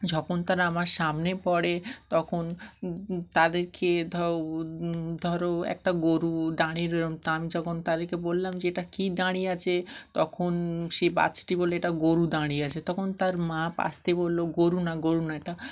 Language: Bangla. যখন তারা আমার সামনে পড়ে তখন তাদেরকে ধরো ধরো একটা গরু দাঁড়িয়ে তা আমি যখন তাদেরকে বললাম যে এটা কী দাঁড়িয়ে আছে তখন সে বাচ্চাটি বলে এটা গরু দাঁড়িয়ে আছে তখন তার মা আসতে বললো গরু না গরু না এটা